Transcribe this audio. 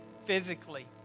physically